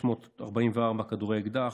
644 כדורי אקדח,